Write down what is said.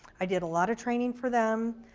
i did a lot of training for them.